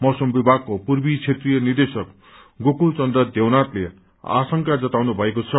मौसम विभगको पूर्वी क्षेत्रिय निदेशक गोकुल चन्द्र देवनाथले आशंका जताउनु भएको छ